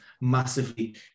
massively